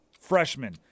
freshman